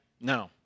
No